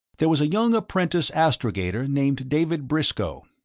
there was a young apprentice astrogator named david briscoe.